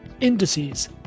indices